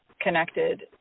connected